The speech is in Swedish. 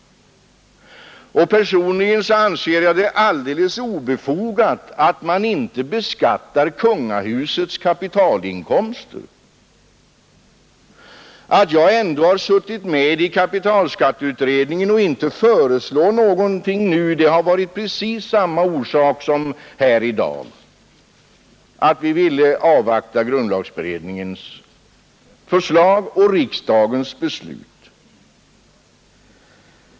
Personligen anser jag det alldeles obefogat att kungahusets kapitalinkomster inte beskattas. Orsaken till att jag har suttit med i kapitalskatteutredningen och ändå inte föreslagit någon ändring nu är precis densamma som jag har deklarerat i fråga om den motion som vi nu behandlar; vi vill avvakta grundlagberedningens förslag och riksdagens beslut.